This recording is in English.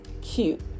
cute